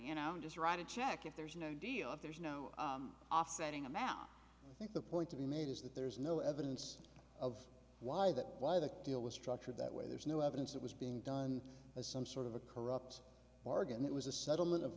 you know just write a check if there's no deal if there's no offsetting amount think the point to be made is that there's no evidence of why that why the deal was structured that way there's no evidence that was being done as some sort of a corrupt bargain it was a settlement of